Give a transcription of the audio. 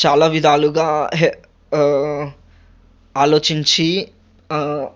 చాలా విధాలుగా హె అలోచించి